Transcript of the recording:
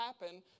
happen